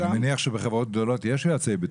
אני מניח שלחברות הגדולות יש יועצי בטיחות.